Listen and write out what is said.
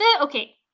Okay